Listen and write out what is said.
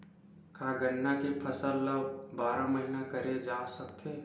का गन्ना के फसल ल बारह महीन करे जा सकथे?